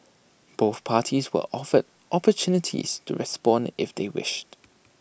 both parties were offered opportunities to respond if they wished